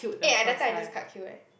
eh and that time I just cut queue eh